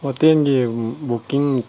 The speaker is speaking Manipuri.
ꯍꯣꯇꯦꯜꯒꯤ ꯕꯨꯛꯀꯤꯡ